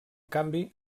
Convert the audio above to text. canvi